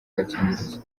agakingirizo